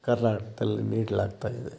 ಕರ್ನಾಟಕದಲ್ಲಿ ನೀಡಲಾಗ್ತಾ ಇದೆ